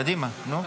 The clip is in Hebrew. קדימה, נו.